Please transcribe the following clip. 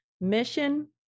mission